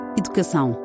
educação